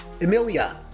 Emilia